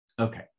okay